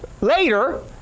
later